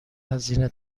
هزینه